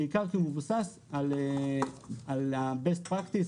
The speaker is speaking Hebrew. בעיקר כי הוא מבוסס על ה-בסט פרקטיס.